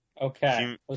Okay